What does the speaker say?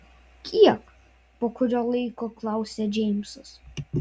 kiek po kurio laiko klausia džeimsas